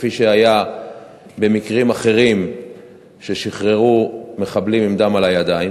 כפי שהיה במקרים אחרים ששחררו מחבלים עם דם על הידיים.